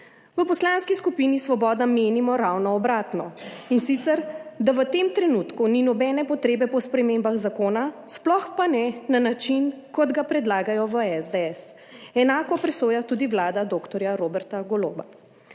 V Poslanski skupini Svoboda menimo ravno obratno. In sicer, da v tem trenutku ni nobene potrebe po spremembah zakona, sploh pa ne na način, kot ga predlagajo v SDS, enako presoja tudi vlada dr. Roberta Goloba.